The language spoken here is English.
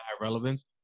relevance